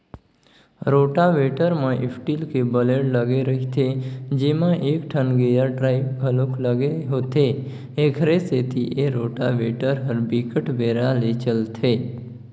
rotavator म steel के blade लगे रहिथे जेमा एकठन गेयर ड्राइव घलोक लगे होथे, एखरे सेती ए रोटावेटर ह बिकट बेरा ले चलथे